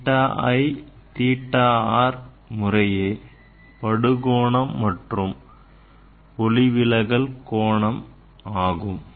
theta i theta r முறையே படுகோணம் மற்றும் ஒளிவிலகல் கோணம் ஆகும்